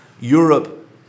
Europe